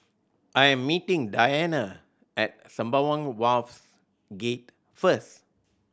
I am meeting Diana at Sembawang Wharves Gate first